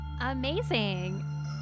amazing